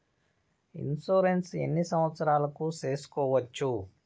Insurance ఎన్ని సంవత్సరాలకు సేసుకోవచ్చు?